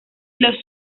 los